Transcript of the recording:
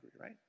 right